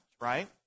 right